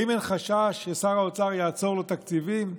האם אין חשש ששר האוצר יעצור לו תקציבים?